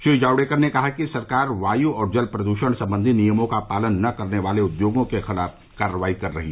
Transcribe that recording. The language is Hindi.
श्री जावड़ेकर ने कहा कि सरकार वायु और जल प्रद्षण संबंधी नियमों का पालन न करने वाले उद्योगों के खिलाफ कार्रवाई कर रही है